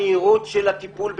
המהירות של הטיפול בעניינו.